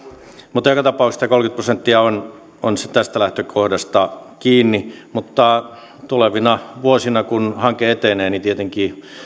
mutta joka tapauksessa tämä kolmekymmentä prosenttia on on tästä lähtökohdasta kiinni mutta tulevina vuosina kun hanke etenee tietenkin